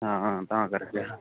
ਹਾਂ ਤਾਂ ਕਰਕੇ